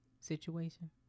situation